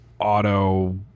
auto